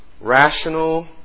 rational